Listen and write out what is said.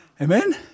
Amen